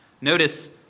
Notice